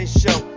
show